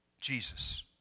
Jesus